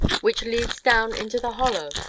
which leads down into the hollow,